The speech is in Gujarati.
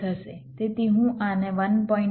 તેથી હું આને 1